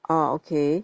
orh okay